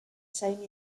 same